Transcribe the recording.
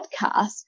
podcast